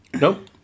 Nope